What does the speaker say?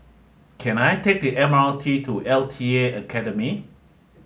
can I take the M R T to L T A Academy